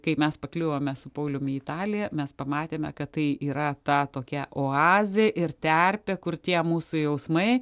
kai mes pakliuvome su pauliumi į italiją mes pamatėme kad tai yra ta tokia oazė ir terpė kur tie mūsų jausmai